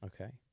Okay